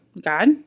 God